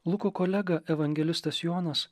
luko kolega evangelistas jonas